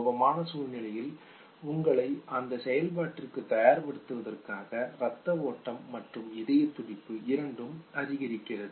கோபமான சூழ்நிலையில் உங்களை அந்த செயல்பாட்டிற்கு தயார்படுத்துவதற்காக இரத்த ஓட்டம் மற்றும் இதய துடிப்பு இரண்டும் அதிகரிக்கிறது